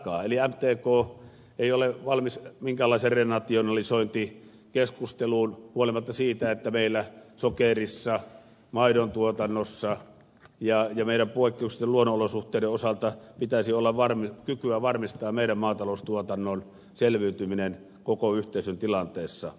eli mtk ei ole valmis minkäänlaiseen renationalisointikeskusteluun huolimatta siitä että meillä sokerissa maidontuotannossa ja meidän poikkeuksellisten luonnonolosuhteiden osalta pitäisi olla kykyä varmistaa meidän maataloustuotannon selviytyminen koko yhteisön tilanteessa